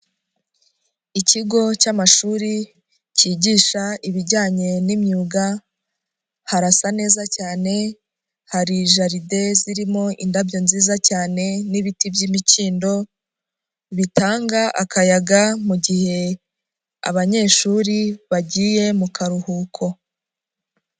Ikigo cy'amashuri kigisha ibijyanye n'imyuga, harasa neza cyane, hari jaride zirimo indabyo nziza cyane n'ibiti by'imikindo, bitanga akayaga mu gihe abanyeshuri bagiye mu karuhuko.